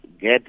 get